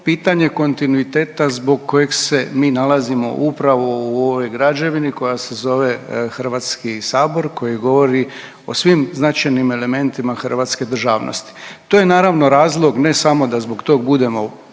pitanje kontinuiteta zbog kojeg se mi nalazimo upravo u ovoj građevni koja se zove Hrvatski sabor, koji govori o svim značajnim elementima hrvatske državnosti. To je naravno razlog ne samo da zbog tog budemo